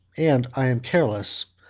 and i am careless,